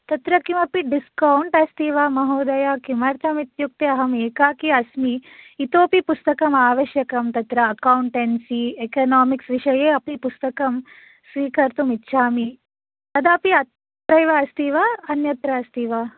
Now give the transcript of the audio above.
तत्र किमपि डिस्कौन्ट् अस्ति वा महोदया किमर्थम् इत्युक्ये अहम् एकाकी अस्मि इतोपि पुस्तकम् आवश्यकम् तत्र अकौन्टेन्सि इकोनामिक्स् विषये अपि पुस्तकं स्वीकर्तुम् इच्छामि कदापि अत्रैव अस्ति वा अन्यत्र अस्ति वा